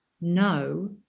no